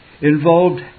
involved